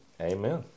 Amen